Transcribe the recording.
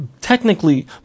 technically